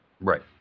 Right